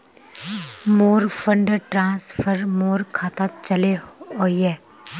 मोर fund transfer मोर खातात चले वहिये